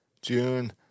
June